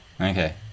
Okay